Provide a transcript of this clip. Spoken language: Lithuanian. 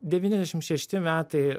devyniasdešim šešti metai